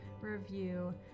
review